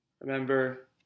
Remember